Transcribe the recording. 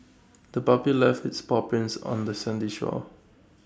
the puppy left its paw prints on the sandy shore